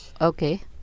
Okay